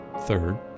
Third